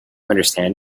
understand